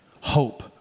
hope